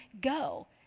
go